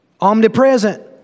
Omnipresent